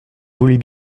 voulait